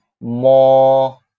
more